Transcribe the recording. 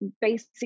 basic